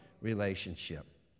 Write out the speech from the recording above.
relationship